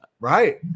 Right